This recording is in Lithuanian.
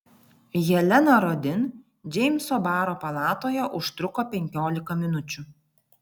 helena rodin džeimso baro palatoje užtruko penkiolika minučių